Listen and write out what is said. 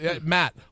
Matt